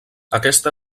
aquesta